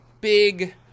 big